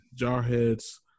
Jarhead's